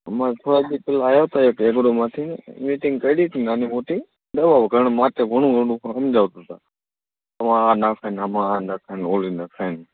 અમારે થોડાક દી પહેલાં એ આવ્યા તા એ ભેગડોમાંથી મિટિંગ કરી હતી નાની મોટી દવાઓ કારણકે માથે ઘણું ઘણું સમજાવતા હતા આમાં આ નખાય ને આમાં આ નખાય ને પેલી નખાય ને